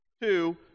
Two